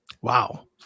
Wow